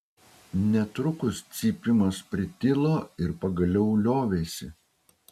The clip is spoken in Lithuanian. netrukus cypimas pritilo ir pagaliau liovėsi